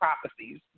prophecies